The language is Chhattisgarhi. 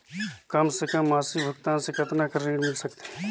कम से कम मासिक भुगतान मे कतना कर ऋण मिल सकथे?